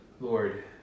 Lord